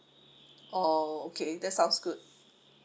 orh okay that sounds good